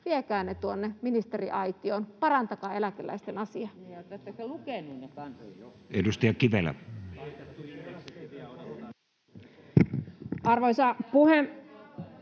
ne tuonne ministeriaitioon. Parantakaa eläkeläisten asiaa.